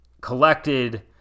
collected